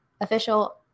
Official